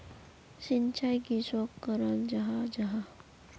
सिंचाई किसोक कराल जाहा जाहा?